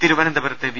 തിരുവനന്തപുരത്ത് വി